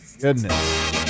Goodness